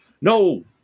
No